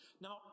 Now